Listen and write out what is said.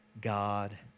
God